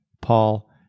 Paul